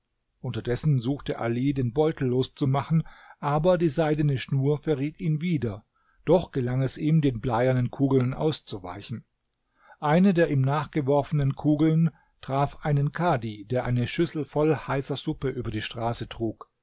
unterdessen suchte ali den beutel loszumachen aber die seidene schnur verriet ihn wieder doch gelang es ihm den bleiernen kugeln auszuweichen eine der ihm nachgeworfenen kugeln traf einen kadhi der eine schüssel voll heißer suppe über die straße trug